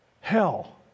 hell